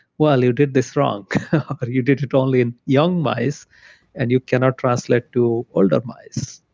well you did this wrong but or you did did only in young mice and you cannot translate to older mice.